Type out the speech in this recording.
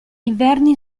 inverni